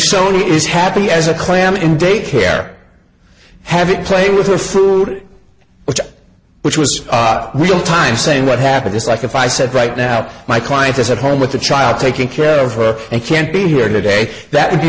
sony is happy as a clam in daycare having play with her fruit which which was real time saying what happened is like if i said right now my client this at home with the child taking care of her and can't be here today that would be